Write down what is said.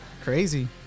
Crazy